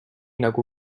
nagu